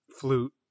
flute